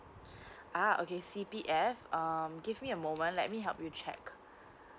uh okay C P F uh mm give me a moment let me help you check